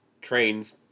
trains